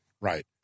Right